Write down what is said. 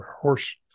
horse